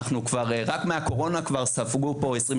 רק מהקורונה ספגו פה 20%,